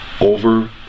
over